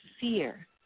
fear